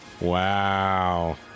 Wow